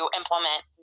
implement